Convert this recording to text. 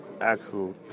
Axel